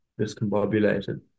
discombobulated